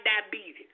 diabetes